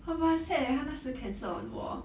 oh but 很 sad eh 他那时 cancelled on 我